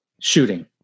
shooting